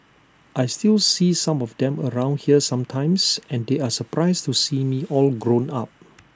I still see some of them around here sometimes and they are surprised to see me all grown up